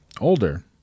Older